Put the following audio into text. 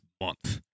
month